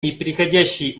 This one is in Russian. непреходящей